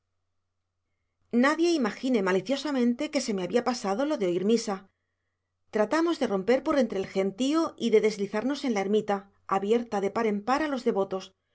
nadie imagine maliciosamente que se me había pasado lo de oír misa tratamos de romper por entre el gentío y de deslizarnos en la ermita abierta de par en par a los devotos